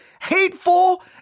hateful